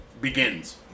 begins